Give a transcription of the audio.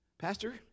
Pastor